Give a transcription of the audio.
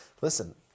Listen